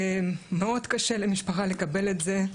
ומאוד קשה למשפחה לקבל את זה.